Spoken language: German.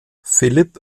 philipp